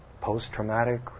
post-traumatic